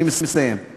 אני מסיים.